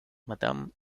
madam